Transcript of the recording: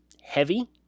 heavy